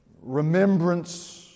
remembrance